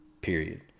Period